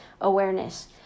awareness